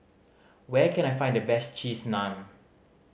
where can I find the best Cheese Naan